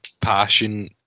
passion